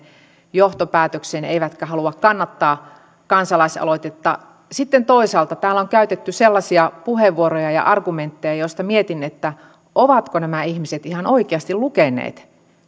johtopäätökseen eivätkä halua kannattaa kansalaisaloitetta sitten toisaalta täällä on käytetty sellaisia puheenvuoroja ja argumentteja että mietin ovatko nämä ihmiset ihan oikeasti lukeneet